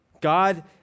God